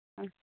ᱚ